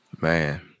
Man